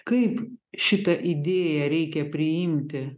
kaip šitą idėją reikia priimti